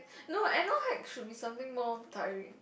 no I know hikes should be something more tiring